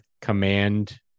command